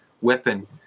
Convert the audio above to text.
weapon